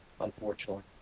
unfortunately